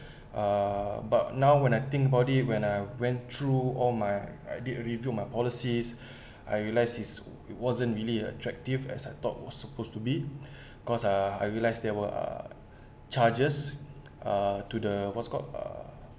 uh but now when I think about it when I went through all my I did a review my policies I realise is it wasn't really attractive as I thought was super stupid cause uh I realise there were uh charges uh to the what's called uh